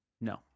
No